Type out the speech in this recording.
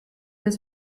das